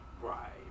right